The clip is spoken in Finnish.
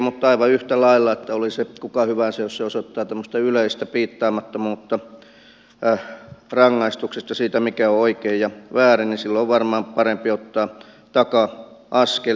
mutta aivan yhtä lailla oli se kuka hyvänsä jos osoittaa tämmöistä yleistä piittaamattomuutta rangaistuksesta siitä mikä on oikein ja väärin niin silloin on varmaan parempi ottaa taka askelia